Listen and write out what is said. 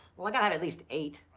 well i gotta have at least eight.